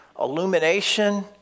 illumination